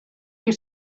you